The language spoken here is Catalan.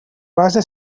base